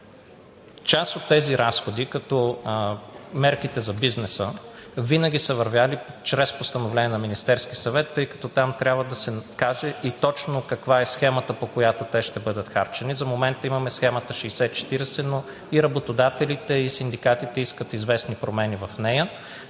Част от тези разходи, като мерките за бизнеса, винаги са вървели чрез постановление на Министерския съвет, тъй като там трябва да се каже точно каква е схемата, по която те ще бъдат харчени. За момента имаме схемата 60/40, но и работодателите, и синдикатите искат известни промени в нея,